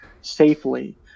safely